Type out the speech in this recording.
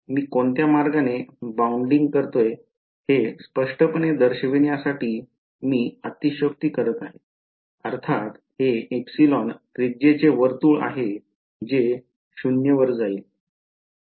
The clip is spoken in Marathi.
मी कोणत्या मार्गाने बाउंडिंग करतोय हे स्पष्टपणे दर्शविण्यासाठी मी अतिशयोक्ती करीत आहे अर्थात हे ε त्रिज्येचे वर्तुळ आहे जे 0 वर जाईल